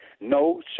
no